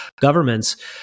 governments